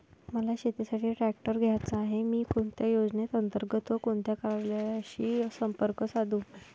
मला शेतीसाठी ट्रॅक्टर घ्यायचा आहे, मी कोणत्या योजने अंतर्गत व कोणत्या कार्यालयाशी संपर्क साधू?